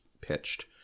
pitched